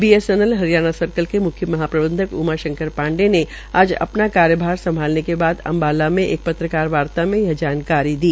BSNL Haryana circle के म्ख्य महाप्रबंधक उमा शंकर पांडे ने आज अपना कार्यभार संभालने के बाद अम्बाला में एक पत्रकार वार्ता ने यह जानकारी दी